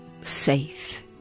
safe